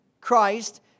Christ